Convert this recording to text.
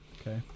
Okay